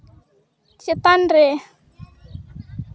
ᱪᱮᱛᱟᱱ ᱨᱮ